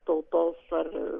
tautos ar